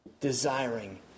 desiring